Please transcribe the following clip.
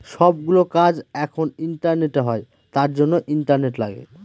সব গুলো কাজ এখন ইন্টারনেটে হয় তার জন্য ইন্টারনেট লাগে